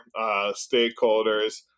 stakeholders